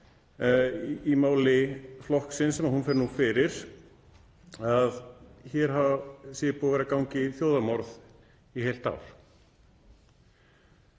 í máli flokksins sem hún fer nú fyrir, að það sé búið að vera í gangi þjóðarmorð í heilt ár.